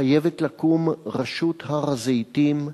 חייבת לקום רשות הר-הזיתים.